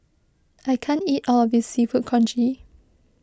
I can't eat all of this Seafood Congee